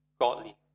godly